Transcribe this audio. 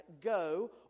Go